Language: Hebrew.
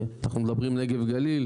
אנחנו מדברים על נגב גליל,